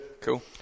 Cool